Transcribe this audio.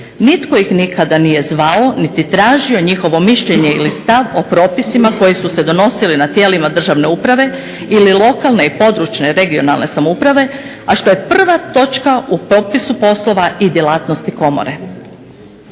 Nitko ih nikada nije zvao niti tražio njihove mišljenje ili stav o propisima koji su se donosili na tijelima državne uprave ili lokalne i područne (regionalne) samouprave, a što je prva točka u popisu poslova i djelatnosti komore.